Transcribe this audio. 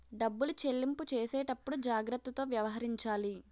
డబ్బులు చెల్లింపు చేసేటప్పుడు జాగ్రత్తతో వ్యవహరించాలి